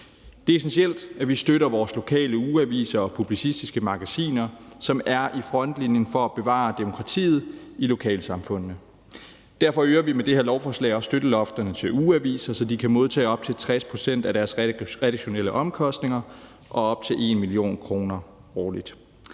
Det er essentielt, at vi støtter vores lokale ugeaviser og publicistiske magasiner, som er i frontlinjen for at bevare demokratiet i lokalsamfundene. Derfor øger vi med det her lovforslag også støttelofterne til ugeaviser, så de kan modtage op til 60 pct. af deres redaktionelle omkostninger og op til 1 mio. kr. årligt.